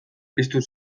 piztu